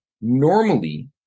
normally